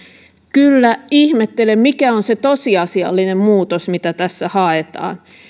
kyllä ihmettelen mikä on se tosiasiallinen muutos mitä tässä haetaan